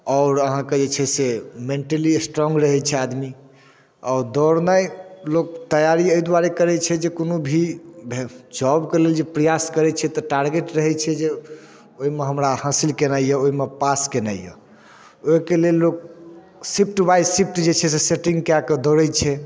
आओर अहाँके जे छै से मेन्टली स्ट्रॉङ्ग रहै छै आदमी आओर दौड़नाइ लोक तैआरी एहि दुआरे करै छै जे कोनो भी जॉबके लेल जे प्रयास करै छै तऽ ओकर टारगेट रहै छै जे ओहिमे हमरा हासिल केनाइ अइ हमरा पास केनाइ अइ ओहिके लेल लोक शिफ्ट बाइ शिफ्ट जे छै से सेटिङ्ग कऽ कऽ दौड़ै छै